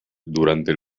durante